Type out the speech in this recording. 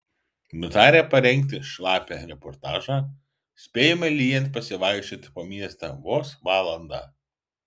nutarę parengti šlapią reportažą spėjome lyjant pasivaikščioti po miestą vos valandą